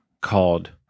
called